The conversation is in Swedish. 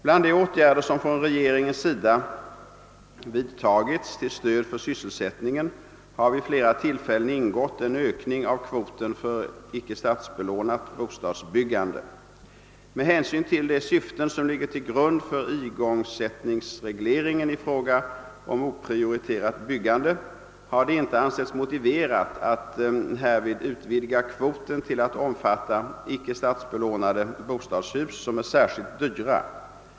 Bland de åtgärder som från regeringens sida vidtagits till stöd för sysselsättningen har vid flera tillfällen ingått en ökning av kvoten för icke statsbelånat bostadsbyggande. Med hänsyn till de syften som ligger till grund för igångsättningsregleringen i fråga om oprioriterat byggande har det inte ansetts motiverat att härvid utvidga kvoten till att omfatta icke statsbelånade bostadshus som är särskilt dyra.